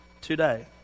today